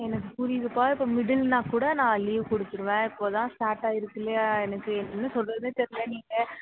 எனக்கு புரியுதுப்பா இப்போ மிடில்ன்னா கூட நான் லீவ் கொடுத்துருவேன் இப்போ தான் ஸ்டார்ட் ஆயிருக்கு இல்லையா எனக்கு என்ன சொல்லுறதுன்னே தெரில நீங்கள்